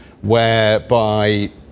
whereby